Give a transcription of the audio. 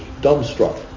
dumbstruck